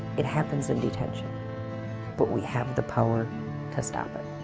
it happens in detention but we have the power to stop it.